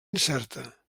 incerta